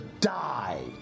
die